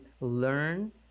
learn